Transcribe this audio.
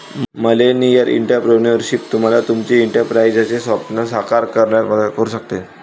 millennial entrepreneurship तुम्हाला तुमचे एंटरप्राइझचे स्वप्न साकार करण्यात मदत करू शकते